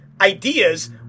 ideas